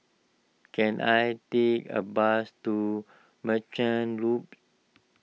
can I take a bus to Merchant Loop